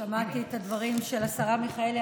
שמעתי את הדברים של השרה מיכאלי,